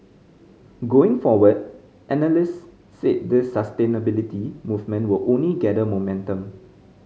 going forward analysts said this sustainability movement will only gather momentum